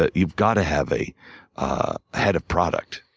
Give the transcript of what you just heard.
ah you've got to have a head of product,